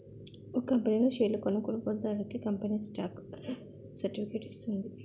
ఒక కంపనీ లో షేర్లు కొన్న కొనుగోలుదారుడికి కంపెనీ స్టాక్ సర్టిఫికేట్ ఇస్తుంది